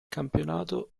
campionato